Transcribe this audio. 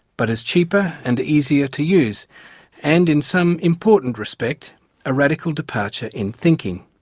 but is cheaper and easier to use and in some important respect a radical departure in thinking.